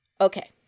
Okay